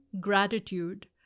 gratitude